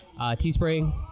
Teespring